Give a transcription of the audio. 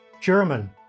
German